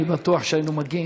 אני בטוח שהיינו מגיעים,